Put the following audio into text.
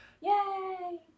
Yay